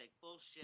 Bullshit